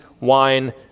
wine